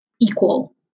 equal